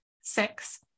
six